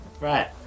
right